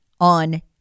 on